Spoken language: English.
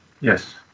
Yes